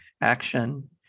action